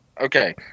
Okay